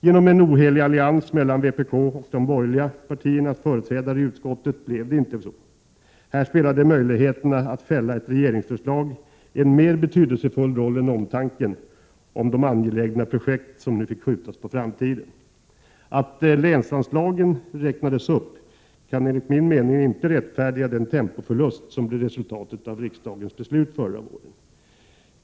Genom en ohelig allians mellan vpk:s och de borgerliga partiernas företrädare i utskottet blev det inte så. Här spelade möjligheterna att fälla ett regeringsförslag en mer betydelsefull roll än omtanken om de angelägna projekt som nu fick skjutas på framtiden. Att länsanslagen räknades upp kan enligt min mening inte rättfärdiga den tempoförlust som blev resultatet av riksdagens beslut förra våren.